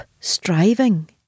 striving